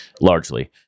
largely